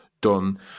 done